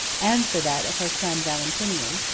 and for that of her son valentinian,